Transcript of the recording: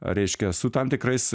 reiškia su tam tikrais